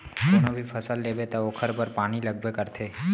कोनो भी फसल बोबे त ओखर बर पानी लगबे करथे